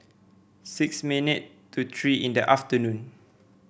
six minute to three in the afternoon